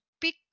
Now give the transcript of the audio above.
pick